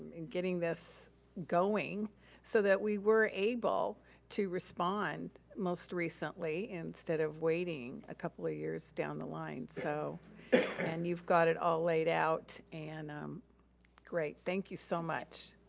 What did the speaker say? and getting this going so that we were able to respond most recently instead of waiting a couple of years down the line. so and you've got it all laid out and great. thank you so much.